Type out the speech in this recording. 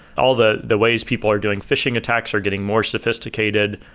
all the the ways people are doing phishing attacks are getting more sophisticated.